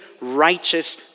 righteous